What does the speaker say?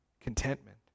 contentment